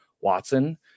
Watson